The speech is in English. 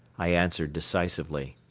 i answered decisively.